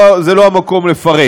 זה לא המקום לפרט,